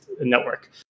network